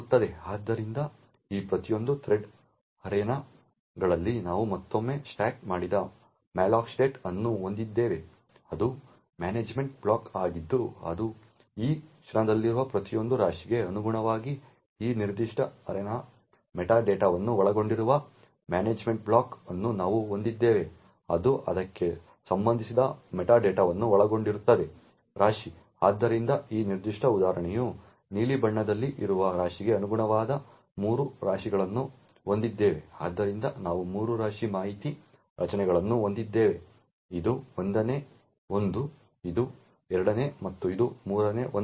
ಆದ್ದರಿಂದ ಈ ಪ್ರತಿಯೊಂದು ಥ್ರೆಡ್ ಅರೇನಾಗಳಲ್ಲಿ ನಾವು ಮತ್ತೊಮ್ಮೆ ಸ್ಟ್ರಕ್ ಮಾಡಿದ malloc state ಅನ್ನು ಹೊಂದಿದ್ದೇವೆ ಅದು ಮ್ಯಾನೇಜ್ಮೆಂಟ್ ಬ್ಲಾಕ್ ಆಗಿದ್ದು ಅದು ಈ ಕಣದಲ್ಲಿರುವ ಪ್ರತಿಯೊಂದು ರಾಶಿಗೆ ಅನುಗುಣವಾಗಿ ಈ ನಿರ್ದಿಷ್ಟ ಅರೇನಾದ ಮೆಟಾ ಡೇಟಾವನ್ನು ಒಳಗೊಂಡಿರುವ ಮ್ಯಾನೇಜ್ಮೆಂಟ್ ಬ್ಲಾಕ್ ಅನ್ನು ನಾವು ಹೊಂದಿದ್ದೇವೆ ಅದು ಅದಕ್ಕೆ ಸಂಬಂಧಿಸಿದ ಮೆಟಾ ಡೇಟಾವನ್ನು ಒಳಗೊಂಡಿರುತ್ತದೆ ರಾಶಿ ಆದ್ದರಿಂದ ಈ ನಿರ್ದಿಷ್ಟ ಉದಾಹರಣೆಯು ನೀಲಿ ಬಣ್ಣದಲ್ಲಿ ಇರುವ ರಾಶಿಗೆ ಅನುಗುಣವಾದ 3 ರಾಶಿಗಳನ್ನು ಹೊಂದಿದ್ದೇವೆ ಆದ್ದರಿಂದ ನಾವು 3 ರಾಶಿ ಮಾಹಿತಿ ರಚನೆಗಳನ್ನು ಹೊಂದಿದ್ದೇವೆ ಇದು 1 ನೇ ಒಂದು ಇದು 2 ನೇ ಮತ್ತು ಇದು 3 ನೇ ಒಂದಾಗಿದೆ